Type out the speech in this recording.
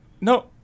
No